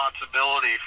responsibility